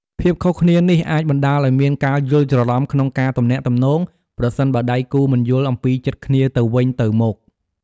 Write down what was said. ភាពខុសគ្នានេះអាចបណ្ដាលឱ្យមានការយល់ច្រឡំក្នុងការទំនាក់ទំនង ប្រសិនបើដៃគូមិនយល់អំពីចិត្តគ្នាទៅវិញទៅមក។